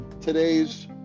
today's